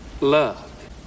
love